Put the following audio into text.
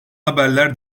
haberler